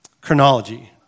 Chronology